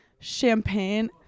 champagne